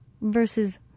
Versus